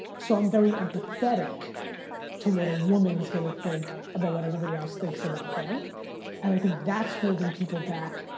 so i'm very empathetic to what a woman's going to think about what everybody else thinks about them and i think that's holding people back.